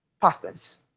pastors